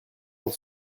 dans